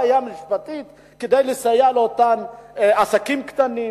כדי לסייע לאותם עסקים קטנים,